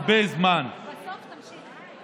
הרבה זמן, בסוף תמשיך.